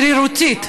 שרירותית?